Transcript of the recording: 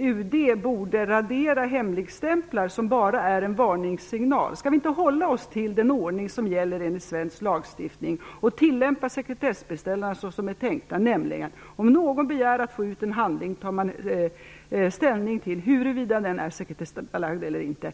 UD borde radera hemligstämplar som bara är en varningssignal? Skall vi inte hålla oss till den ordning som gäller enligt svensk lagstiftning och tillämpa sekretessbestämmelserna så som de är tänkta? Om någon begär att få ut en handling tar man ställning till huruvida den är sekretessbelagd eller inte?